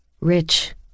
Rich